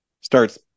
starts